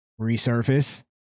resurface